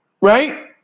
Right